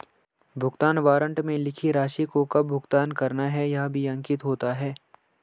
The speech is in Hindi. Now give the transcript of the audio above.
भुगतान वारन्ट में लिखी राशि को कब भुगतान करना है यह भी अंकित होता है